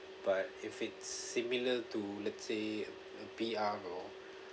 but if it's similar to let's say a a P_R or